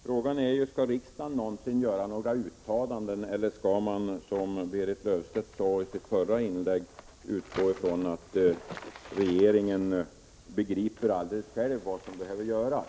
Herr talman! Frågan är: Skall riksdagen någonsin göra några uttalanden, eller skall man, som Berit Löfstedt sade i sitt förra inlägg, utgå ifrån att regeringen begriper själv vad som behöver göras?